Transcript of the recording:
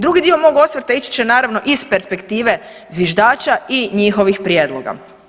Drugi dio mog osvrta ići će naravno iz perspektive zviždača i njihovih prijedloga.